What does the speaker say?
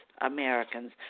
Americans